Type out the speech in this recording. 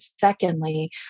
secondly